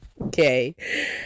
okay